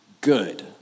good